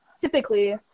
Typically